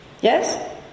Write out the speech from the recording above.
Yes